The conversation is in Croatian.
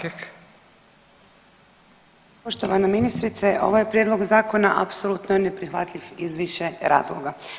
Poštovana ministrice ovaj prijedlog zakona apsolutno je neprihvatljiv iz više razloga.